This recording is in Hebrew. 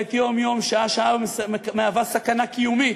המתחוללת יום-יום, שעה-שעה, ומהווה סכנה קיומית,